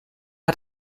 hat